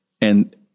And-